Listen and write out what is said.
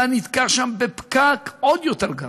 אתה נתקע שם בפקק עוד יותר גרוע.